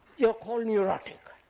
you are called neurotic,